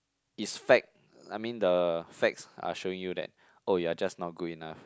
is fact I mean the facts are showing you that oh you're just not good enough